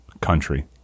country